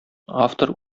автор